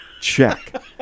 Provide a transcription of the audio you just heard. check